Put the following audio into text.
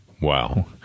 Wow